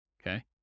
Okay